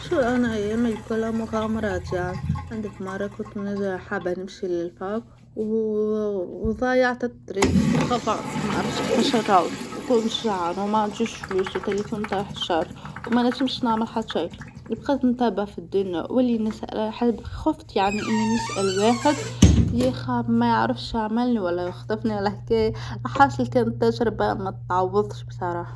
شو أنا ايامى الكلها مغامرات يعنى، عندك مرة كنت نجا حابة نمشى للفاو وضيعت الطريق خطأت معرفتش كيفاش نروح وكنت جعانة وعنديش فلوس وتليفون تاح شارج وما نجمش نعمل حتى شي نخاف تنتابه في الدنيا ولا نسأل حد خفت يعني إني نسأل واحد يخاف مايعرفش يعمل لي ولا يخطفني ولا هكا حاصل كنت شربة ما تعوظش بصراحة.